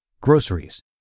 groceries